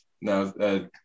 now